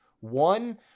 One